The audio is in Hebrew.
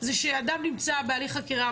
זה שאדם נמצא בהליך חקירה,